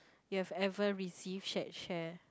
you have ever received shared share